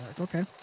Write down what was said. Okay